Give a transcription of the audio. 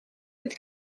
fydd